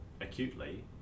acutely